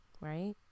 Right